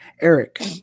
Eric